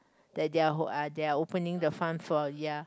that they are their opening the front for ya